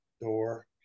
door